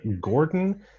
Gordon